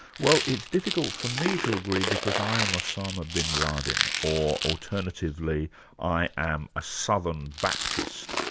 well it's difficult for me to agree, because i am osama bin laden, or alternatively i am a southern baptist,